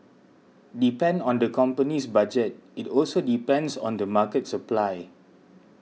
depend on the company's budget it also depends on the market supply